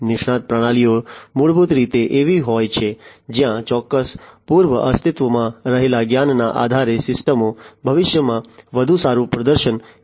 નિષ્ણાત પ્રણાલીઓ મૂળભૂત રીતે એવી હોય છે જ્યાં ચોક્કસ પૂર્વ અસ્તિત્વમાં રહેલા જ્ઞાનના આધારે સિસ્ટમો ભવિષ્યમાં વધુ સારું પ્રદર્શન કરવા જઈ રહી છે